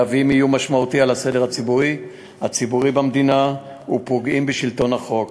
הם מהווים איום משמעותי על הסדר הציבורי במדינה ופוגעים בשלטון החוק